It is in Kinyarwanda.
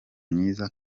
myiza